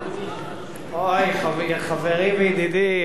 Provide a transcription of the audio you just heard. חברי וידידי השר ארדן,